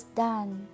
done